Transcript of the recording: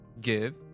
Give